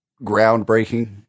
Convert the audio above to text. groundbreaking